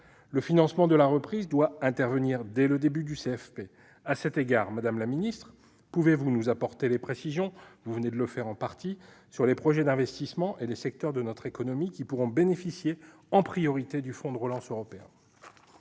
Le financement de la reprise doit intervenir dès le début du CFP. À cet égard, madame la secrétaire d'État, pouvez-vous nous apporter des précisions- vous venez de le faire en partie -sur les projets d'investissement et les secteurs de notre économie qui pourront bénéficier en priorité du fonds de relance européen ?